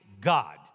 God